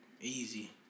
Easy